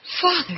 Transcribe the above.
Father